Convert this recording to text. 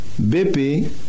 BP